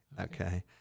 Okay